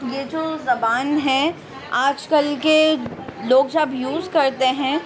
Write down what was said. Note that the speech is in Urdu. یہ جو زبان ہے آج کل کے لوگ جب یوز کرتے ہیں